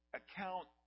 account